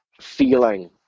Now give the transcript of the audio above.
feeling